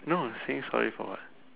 no say sorry for what